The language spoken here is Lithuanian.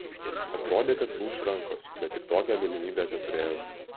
atrodė kad lūš rankos bet tik tokią galimybę teturėjau